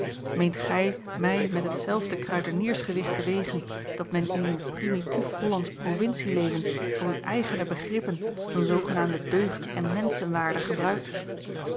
meent gij mij met hetzelfde kruideniersgewicht te wegen dat men in uw primitief hollandsch provincieleven voor uwe eigene begrippen van zoogenaamde deugd en menschenwaarde gebruikt